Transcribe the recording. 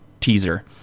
teaser